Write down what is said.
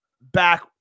back